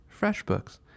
FreshBooks